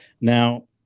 Now